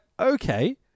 okay